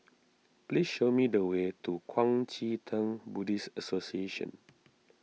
please show me the way to Kuang Chee Tng Buddhist Association